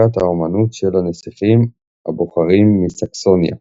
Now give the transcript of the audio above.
"לשכת האומנות" של הנסיכים הבוחרים מסקסוניה.